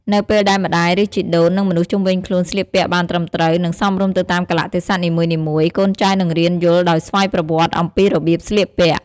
នៅពេលដែលម្ដាយ ឬជីដូន និងមនុស្សជំុវិញខ្លួនស្លៀកពាក់បានត្រឹមត្រូវ និងសមរម្យទៅតាមកាលៈទេសៈនីមួយៗ កូនចៅនឹងរៀនយល់ដោយស្វ័យប្រវត្តិអំពីរបៀបស្លៀកពាក់។